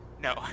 no